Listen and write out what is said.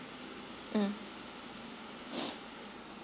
mm